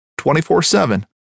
24-7